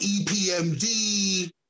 EPMD